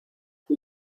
who